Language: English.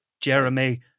Jeremy